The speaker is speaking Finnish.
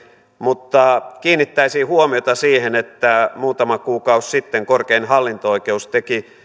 mutta kiinnittäisin huomiota siihen että muutama kuukausi sitten korkein hallinto oikeus teki